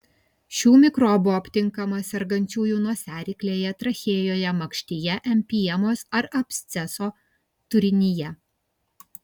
šių mikrobų aptinkama sergančiųjų nosiaryklėje trachėjoje makštyje empiemos ar absceso turinyje